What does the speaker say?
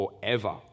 forever